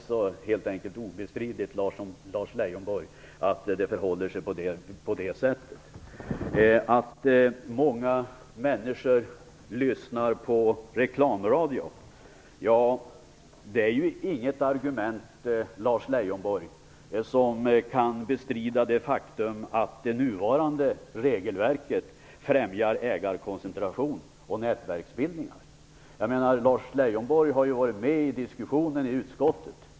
Det är helt enkelt obestridligt att det förhåller sig på det sättet, Att många människor lyssnar på reklamradio är inget argument som kan bestrida det faktum att det nuvarande regelverket främjar ägarkoncentration och nätverksbildningar. Lars Leijonborg har ju varit med i diskussionen i utskottet.